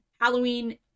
Halloween